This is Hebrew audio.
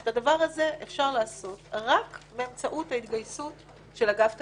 ושאת הדבר הזה אפשר לעשות רק באמצעות ההתגייסות של אגף תקציבים.